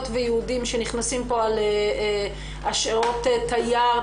ויהודים שנכנסים פה על אשרות תייר,